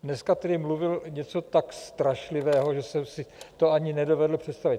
Dneska tedy mluvil něco tak strašlivého, že jsem si to ani nedovedl představit.